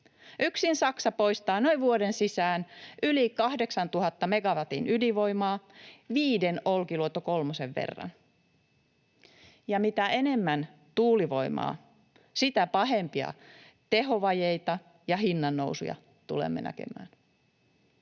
Yksin Saksa poistaa noin vuoden sisään yli 8 000 megawattia ydinvoimaa — viiden Olkiluoto kolmosen verran. Ja mitä enemmän tuulivoimaa, sitä pahempia tehovajeita ja hinnannousuja tulemme näkemään.